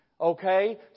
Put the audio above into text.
Okay